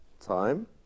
time